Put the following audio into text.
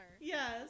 Yes